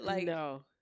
No